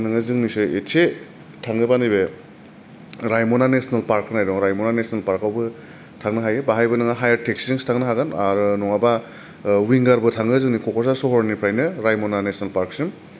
आरो नोङो जोंनिफ्राय एसे थाङोबा नैबे रायमना नेसनेल पार्क होननाय दङ रायमना नेसनेल पार्कआवबो थांनो हायो बाहायबो नोङो हायेर टेक्सिजोंसो थांनो हागोन आरो नङाबा उइंगारबो थाङो जोंनि क'क्राझार सहरनिफ्राय नो रायमना नेसनेल पार्क सिम